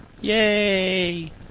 yay